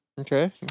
Okay